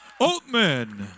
Oatman